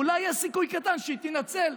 ואולי יש סיכוי קטן שהיא תינצל.